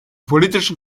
politischen